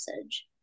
message